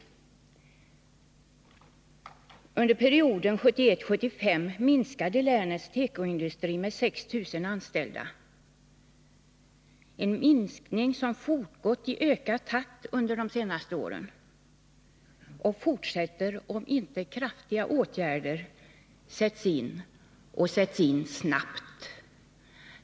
Under perioden 1971-1975 minskade länets tekoindustri med 6 000 anställda, en minskning som fortgått i ökad takt under de senaste åren och kommer att fortsätta, om inte kraftiga åtgärder sätts in och sätts in snabbt.